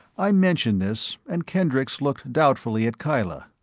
i mentioned this, and kendricks looked doubtfully at kyla.